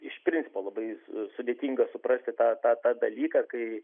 iš principo labai sudėtinga suprasti tą tą dalyką kai